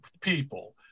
people